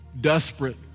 desperate